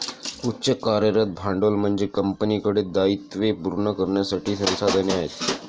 उच्च कार्यरत भांडवल म्हणजे कंपनीकडे दायित्वे पूर्ण करण्यासाठी संसाधने आहेत